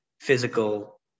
physical